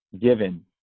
given